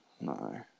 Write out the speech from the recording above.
no